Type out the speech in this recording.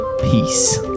Peace